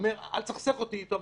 ואומר: אל תסכסך אותי אתו,